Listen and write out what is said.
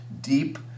deep